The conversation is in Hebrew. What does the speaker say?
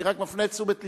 אני רק מפנה את תשומת לבך.